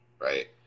Right